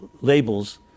labels